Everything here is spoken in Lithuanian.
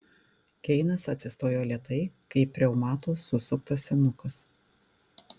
keinas atsistojo lėtai kaip reumato susuktas senukas